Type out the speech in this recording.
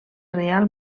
reial